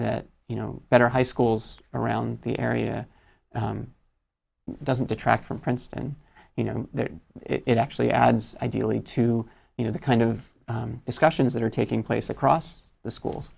that you know better high schools around the area doesn't detract from princeton you know that it actually adds ideally to you know the kind of discussions that are taking place across the schools